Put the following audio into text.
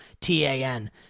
T-A-N